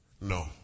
No